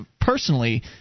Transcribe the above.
personally